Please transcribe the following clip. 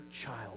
child